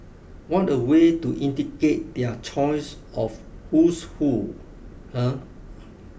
what a way to indicate their choice of who's who eh